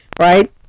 Right